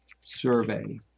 survey